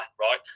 right